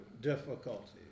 difficulties